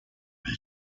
avec